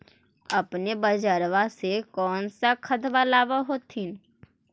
अपने बजरबा से कौन सा खदबा लाब होत्थिन?